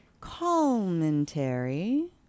commentary